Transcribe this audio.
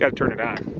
um turn it on